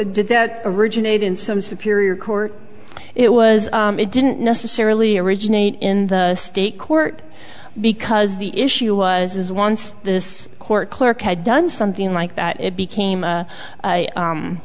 did that originate in some superior court it was it didn't necessarily originate in the state court because the issue was once this court clerk had done something like that it became